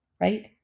right